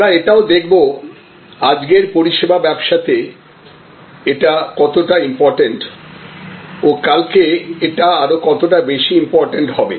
আমরা এটাও দেখবো আজকের পরিষেবা ব্যবসাতে এটা কতটা ইম্পরট্যান্ট ও কালকে এটা আরো কতটা বেশি ইম্পর্টেন্ট হবে